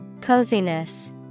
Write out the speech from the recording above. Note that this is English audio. Coziness